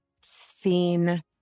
seen